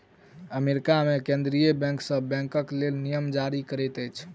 America मे केंद्रीय bank सभ बैंकक लेल नियम जारी करैत अछि